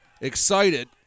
excited